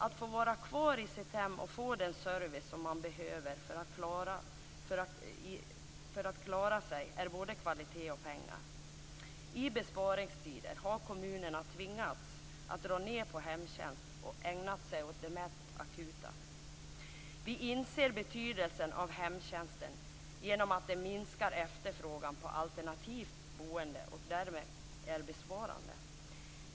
Att få vara kvar i sitt hem och få den service som man behöver för att klara sig är både kvalitet och pengar. I besparingstider har kommunerna tvingats att dra ned på hemtjänst och ägna sig åt det mest akuta. Vi inser betydelsen av hemtjänsten genom att den minskar efterfrågan på alternativt boende och därmed är besparande.